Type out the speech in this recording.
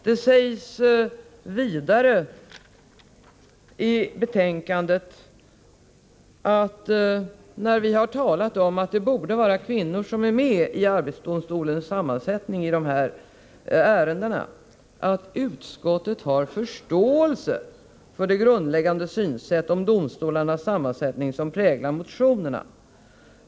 Det sägs vidare i betänkandet — när vi talar om att kvinnor borde vara med och döma i dessa ärenden — att utskottet har förståelse för det grundläggande synsättet på domstolarnas sammansättning som präglar motionerna.